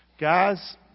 Guys